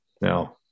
Now